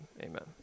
amen